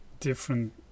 different